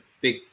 big